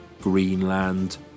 Greenland